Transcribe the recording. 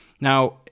Now